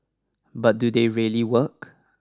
but do they really work